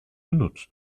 genutzt